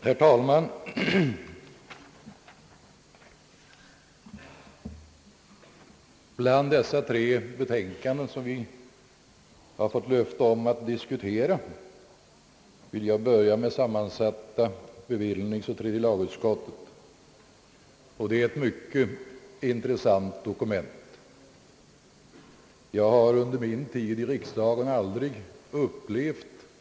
Herr talman! Bland de tre betänkanden som vi har fått löfte om att diskutera vill jag börja med sammansatta bevillningsoch tredje lagutskottets utlåtande, som är ett mycket intressant dokument. Jag har under min tid i riksdagen aldrig tidigare upplevt en sådan Ang.